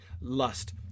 lust